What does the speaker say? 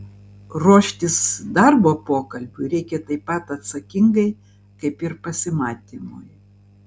ruoštis darbo pokalbiui reikia taip pat atsakingai kaip ir pasimatymui